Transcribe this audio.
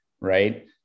right